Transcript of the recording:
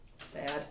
Sad